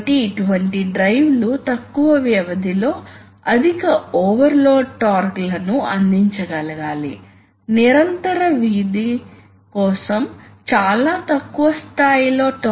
కాబట్టి అటువంటి సందర్భాల్లో మీకు ఫ్లో క్యారెక్టర్స్టిక్స్ కలిగి ఉండాలనుకుంటే అప్పుడు మీరు ఇది నిర్వహించాలి